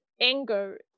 anger